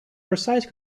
precise